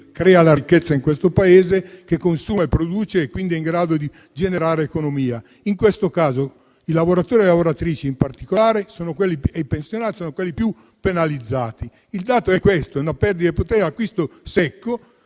crea la ricchezza in questo Paese, consuma, produce e quindi è in grado di generare economia. In questo caso, i lavoratori, le lavoratrici in particolare e i pensionati sono quelli più penalizzati. Il dato è questo: una perdita di potere d'acquisto secca.